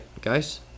guys